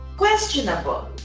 questionable